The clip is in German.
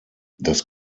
das